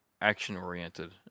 action-oriented